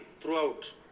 throughout